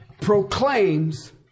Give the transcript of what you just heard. proclaims